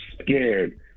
scared